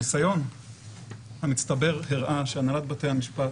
הניסיון המצטבר הראה שהנהלת בתי המשפט